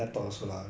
true